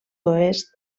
oest